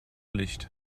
licht